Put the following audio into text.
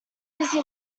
busy